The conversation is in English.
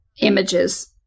images